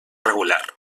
regular